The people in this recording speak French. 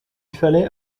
fallait